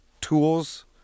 tools